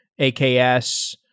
AKS